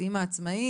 את אמא עצמאית.